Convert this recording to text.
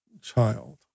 child